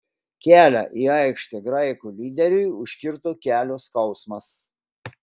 kelią į aikštę graikų lyderiui užkirto kelio skausmas